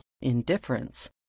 indifference